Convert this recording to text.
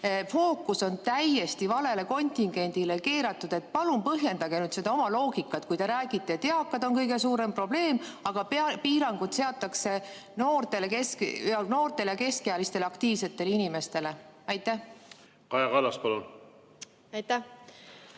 fookus on täiesti valele kontingendile keeratud. Palun põhjendage seda oma loogikat. Te räägite, et eakad on kõige suurem probleem, aga piirangud seatakse noortele ja keskealistele aktiivsetele inimestele. Kaja Kallas, palun! Lapsed